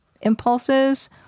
impulses